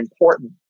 important